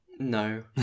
No